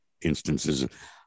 instances